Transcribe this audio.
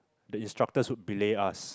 the instructors would belay us